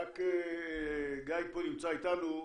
גיא נמצא איתנו,